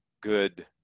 good